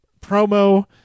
promo